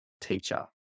teacher